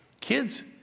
Kids